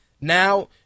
now